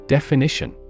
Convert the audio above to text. Definition